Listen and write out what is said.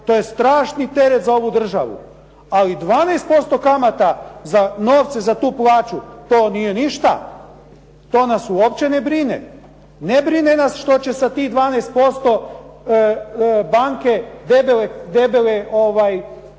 to je strašni teret za ovu državu. Ali 12% kamata za novce za tu plaću, to nije ništa, to nas uopće ne brine. Ne brine nas što će sa tih 12% banke debele